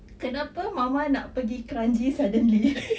kenapa mama nak pergi kranji suddenly